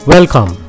Welcome